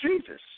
Jesus